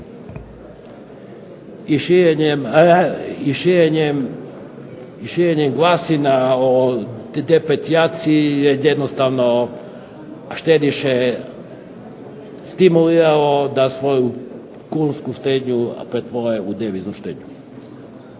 širenjem glasina o …/Ne razumije se./… je jednostavno štediše stimuliralo da svoju kunsku štednju pretvore u deviznu štednju.